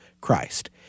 Christ